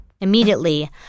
Immediately